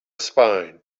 spine